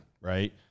right